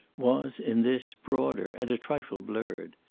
was, in this, broader and a trifle blurred.